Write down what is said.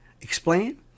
explain